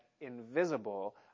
invisible